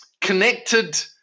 connected